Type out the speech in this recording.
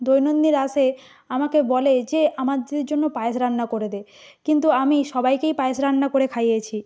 দৈনন্দিন আসে আমাকে বলে যে আমাদের জন্য পায়েস রান্না করে দে কিন্তু আমি সবাইকেই পায়েস রান্না করে খাইয়েছি